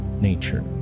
nature